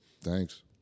Thanks